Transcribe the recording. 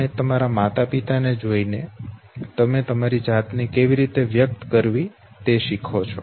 તમે તમારા માતાપિતા ને જોઈને તમે તમારી જાતને કેવી રીતે વ્યક્ત કરવી તે શીખો છો